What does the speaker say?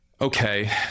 okay